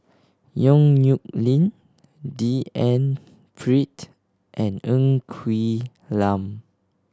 Yong Nyuk Lin D N Pritt and Ng Quee Lam